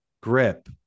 grip